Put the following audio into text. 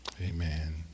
Amen